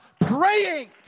praying